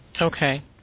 Okay